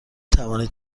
توانید